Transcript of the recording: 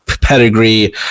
Pedigree